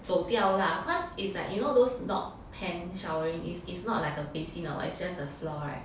走掉 lah cause it's like you know those dog pan showering is it's not like a basin or what it's just a floor [right]